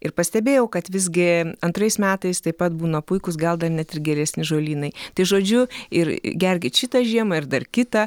ir pastebėjau kad visgi antrais metais taip pat būna puikūs gal dar net ir geresni žolynai tai žodžiu ir gerkit šitą žiemą ir dar kitą